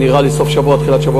נראה לי בסוף השבוע או בתחילת השבוע